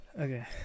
Okay